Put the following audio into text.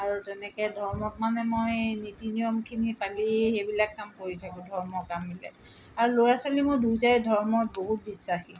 আৰু তেনেকৈ ধৰ্মক মানে মই নীতি নিয়মখিনি পালিয়েই সেইবিলাক কাম কৰি থাকোঁ ধৰ্মৰ কামবিলাক আৰু ল'ৰা ছোৱালী মোৰ দুইটাই ধৰ্মত বহুত বিশ্বাসী